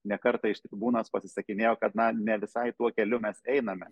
ne kartą iš tribūnos pasisakinėjo kad na ne visai tuo keliu mes einame